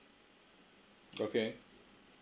okay